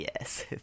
yes